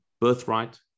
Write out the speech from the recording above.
birthright